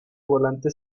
volante